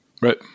Right